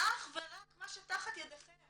אך ורק מה שתחת ידיכם